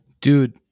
Dude